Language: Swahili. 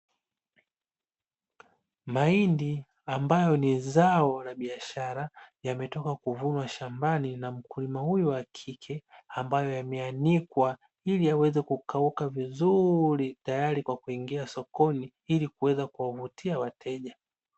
Mahindi ambayo ni zao la biashara, yametoka kuvunwa shambani na mkulima huyu wa kike; ambayo yameanikwa ili yaweze kukauka vizuri, tayari kwa kuingia sokoni ili kuweza kuwavutia wateja.